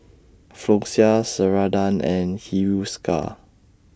Floxia Ceradan and Hiruscar